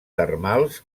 termals